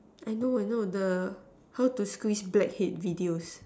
I know I know how to squish blackhead videos